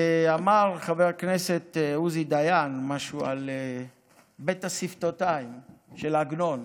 אמר חבר הכנסת עוזי דיין משהו על בית השפתותיים של עגנון,